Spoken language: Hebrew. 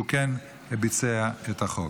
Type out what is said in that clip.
שהוא כן ביצע את החוק.